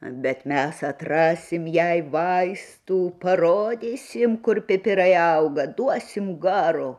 bet mes atrasim jai vaistų parodysim kur pipirai auga duosim garo